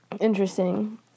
interesting